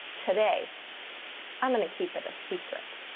today i'm gonna keep it a secret.